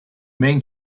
main